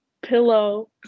pillow